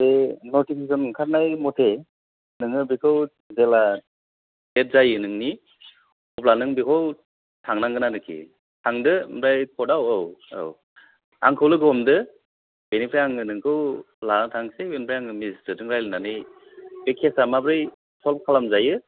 बे नटिफिकेसन ओंखारनाय मथे नोङो बेखौ जेला डेट जायो नोंनि अब्ला नों बेखौ थांनांगोन आरोखि थांदो ओमफ्राय कर्टआव औ औ आंखौ लोगो हमदो बेनिफ्राय आङो नोंखौ लाना थांसै बेनिफ्राय आङो मेजिस्ट्रेटजों रायलायनानै बे केसआ माब्रै सल्भ खालामजायो